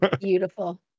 Beautiful